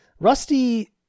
Rusty